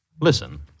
Listen